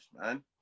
man